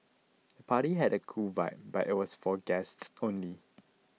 the party had a cool vibe but it was for guests only